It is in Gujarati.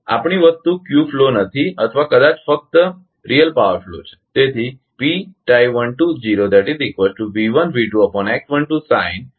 આપણી વસ્તુ ક્યૂ ફ્લો નથી અથવા કદાચ ફક્ત વાસ્તવિક પાવરનો પ્રવાહ છે